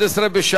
רבותי,